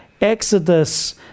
exodus